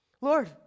Lord